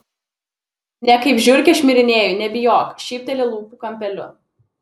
ne kaip žiurkė šmirinėju nebijok šypteli lūpų kampeliu